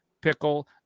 pickle